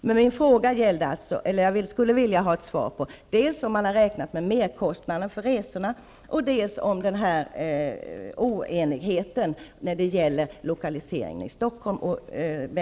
Jag skulle vilja höra Bengt Westerbergs synpunkter när det gäller dels om man har räknat med merkostnaden för resorna, dels hur det är med oenigheten beträffande lokaliseringen till